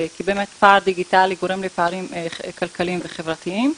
כי באמת פער דיגיטלי גורם לפערים כלכליים וחברתיים.